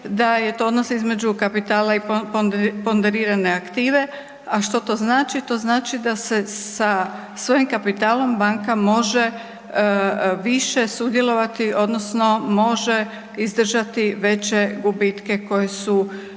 da je to odnos između kapitala i ponderirane aktive. A što to znači? To znači da se sa svojim kapitalom banka može više sudjelovati odnosno može izdržati veće gubitke koji su,